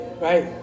right